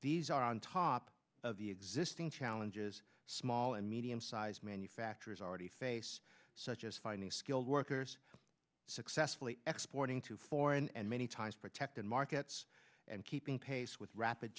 these are on top of the existing challenges small and medium sized manufacturers already face such as finding skilled workers successfully exporting to foreign and many times protected markets and keeping pace with rapid